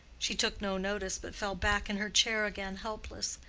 she took no notice, but fell back in her chair again helpless.